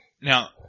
Now